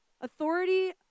Authority